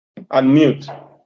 unmute